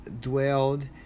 dwelled